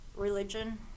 Religion